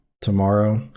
tomorrow